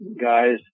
guys